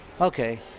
Okay